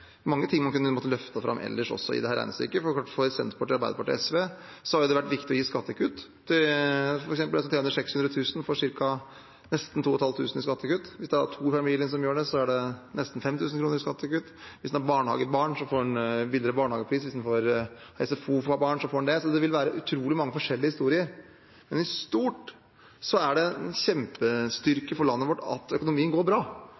for Senterpartiet, Arbeiderpartiet og SV har det vært viktig å gi skattekutt. For eksempel får en som tjener 600 000 kr, nesten 2 500 kr i skattekutt. Hvis det er to i familien som gjør det, er det nesten 5 000 kr i skattekutt. Hvis en har barnehagebarn, får en billigere pris for barnehagen, hvis en har barn i SFO, får en også det. Så det vil være utrolig mange forskjellige historier. Men i stort er det en kjempestyrke for landet vårt at økonomien går bra,